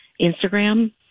Instagram